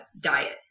Diet